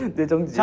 didn't